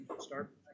start